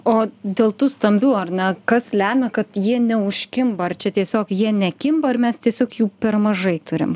o dėl tų stambių ar ne kas lemia kad jie neužkimba ar čia tiesiog jie nekimba ar mes tiesiog jų per mažai turim